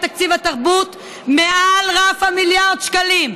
תקציב התרבות מעל רף מיליארד השקלים.